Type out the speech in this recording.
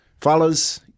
Fellas